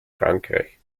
frankreich